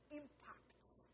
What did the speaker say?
impacts